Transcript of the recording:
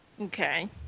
Okay